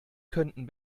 könnten